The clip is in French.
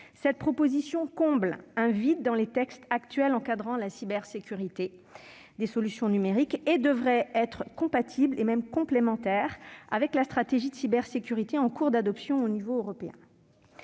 Cette disposition comble un vide dans les textes qui encadrent actuellement la cybersécurité des solutions numériques. Elle devrait être compatible, voire complémentaire, de la stratégie de cybersécurité en cours d'adoption au niveau européen.